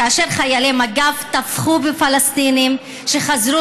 כאשר חיילי מג"ב טבחו בפלסטינים שחזרו